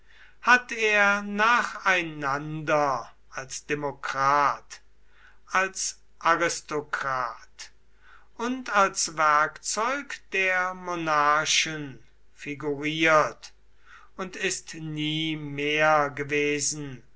hat er nacheinander als demokrat als aristokrat und als werkzeug der monarchen figuriert und ist nie mehr gewesen